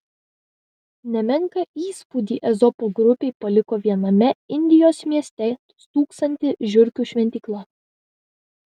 nemenką įspūdį ezopo grupei paliko viename indijos mieste stūksanti žiurkių šventykla